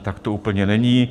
Tak to úplně není.